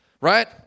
right